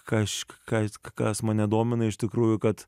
kažk ka kas mane domina iš tikrųjų kad